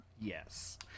Yes